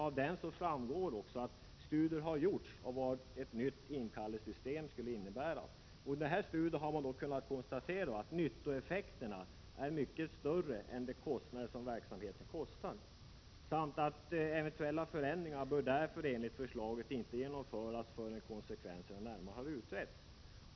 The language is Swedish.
Av denna framgår att studier har gjorts av vad ett nytt inkallelsesystem skulle innebära. I dessa studier har man kunnat konstatera att nyttoeffekterna är mycket större än verksamhetens kostnader samt att eventuella ändringar därför enligt företaget inte bör genomföras förrän konsekvenserna närmare utretts.